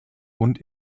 und